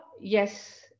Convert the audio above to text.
yes